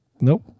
Nope